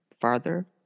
farther